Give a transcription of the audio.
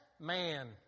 man